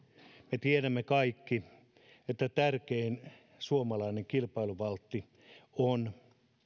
me tiedämme kaikki että tärkein suomalainen kilpailuvaltti on